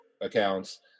accounts